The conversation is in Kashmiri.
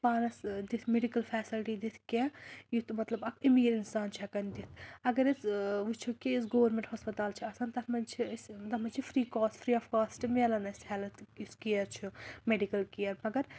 پانَس دِتھ میٚڈِکَل فٮ۪سَلٹی دِتھ کیٚنٛہہ یُتھ نہٕ مطلب اَکھ أمیٖر اِنسان چھُ ہٮ۪کان دِتھ اَگر أسۍ وٕچھو کہِ یُس گورمٮ۪نٛٹ ہَسپَتال چھِ آسان تَتھ منٛز چھِ أسۍ تَتھ منٛز چھِ free cost free of cost مِلان اَسہِ ہٮ۪لٕتھ یُس کِیَر چھُ میٚڈِکَل کِیَر مَگَر